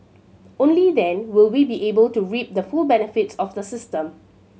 only then will we be able to reap the full benefits of the system